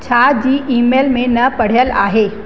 छा जी ईमेल में न पढ़ियलु आहे